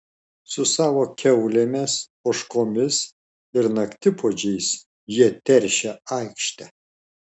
su savo kiaulėmis ožkomis ir naktipuodžiais jie teršia aikštę